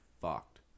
fucked